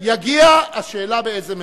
יגיע, השאלה באיזה ממשלה.